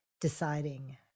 deciding